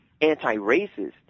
anti-racist